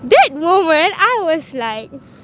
that moment I was like